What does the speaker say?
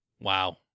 Wow